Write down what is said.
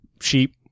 sheep